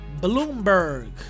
Bloomberg